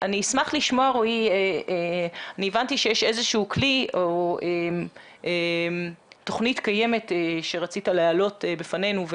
אני הבנתי שיש איזשהו כלי או תוכנית קיימת שרצית להעלות בפנינו.